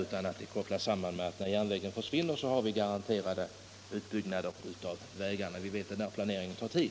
Kommer problemen att kopplas samman, så att vi får en garanterad utbyggnad av vägarna när järnvägen försvinner? Vi vet ju att den planeringen tar tid.